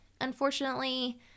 unfortunately